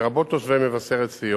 לרבות תושבי מבשרת-ציון,